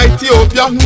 Ethiopia